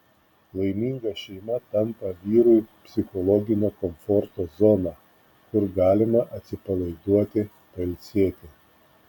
laiminga šeima tampa vyrui psichologinio komforto zona kur galima atsipalaiduoti pailsėti